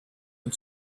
and